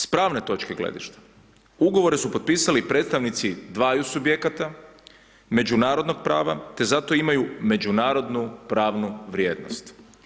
S pravne točke gledišta, ugovore su potpisali predstavnici dvaju subjekata, međunarodnog prava te zato imaju međunarodnu pravnu vrijednost.